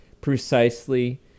precisely